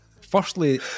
Firstly